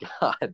God